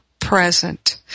present